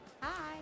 Hi